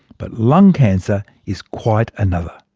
but lung cancer is quite another.